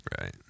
Right